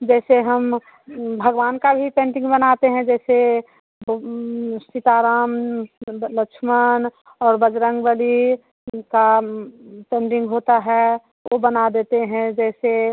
जैसे हम भगवान का भी पेंटिंग बनाते हैं जैसे सीताराम लक्ष्मण और बजरंगबली का पेंटिंग होता है वो बना देते हैं जैसे